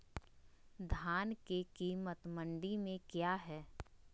धान के कीमत मंडी में क्या है?